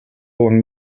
along